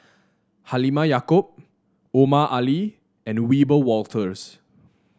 Halimah Yacob Omar Ali and Wiebe Wolters